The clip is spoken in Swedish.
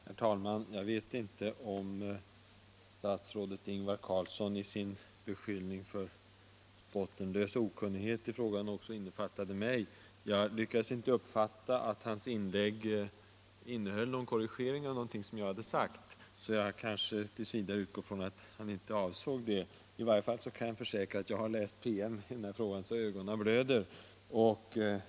Herr talman! Jag vet inte om statsrådet Ingvar Carlsson i sin beskyllning för bottenlös okunnighet i frågan också innefattade mig. Jag lyckades inte uppfatta att hans inlägg innehöll en korrigering av någonting som jag hade sagt, så jag kan kanske t. v. utgå från att han inte avsåg mig. I varje fall kan jag försäkra att jag har läst PM i den här frågan så att ögonen blöder.